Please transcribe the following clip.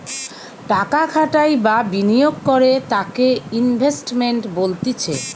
টাকা খাটাই বা বিনিয়োগ করে তাকে ইনভেস্টমেন্ট বলতিছে